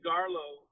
Garlow